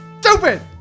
Stupid